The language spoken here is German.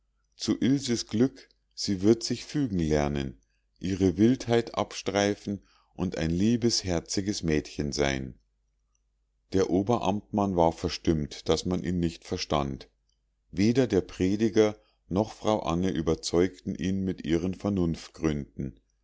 zu ilses glück sie wird sich fügen lernen ihre wildheit abstreifen und ein liebes herziges mädchen sein der oberamtmann war verstimmt daß man ihn nicht verstand weder der prediger noch frau anne überzeugten ihn mit ihren